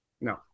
No